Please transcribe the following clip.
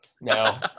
no